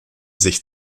sich